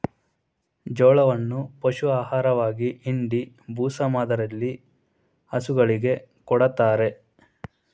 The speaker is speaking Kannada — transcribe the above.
ಜೋಳವನ್ನು ಪಶು ಆಹಾರವಾಗಿ ಇಂಡಿ, ಬೂಸ ಮಾದರಿಯಲ್ಲಿ ಹಸುಗಳಿಗೆ ಕೊಡತ್ತರೆ